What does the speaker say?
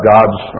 God's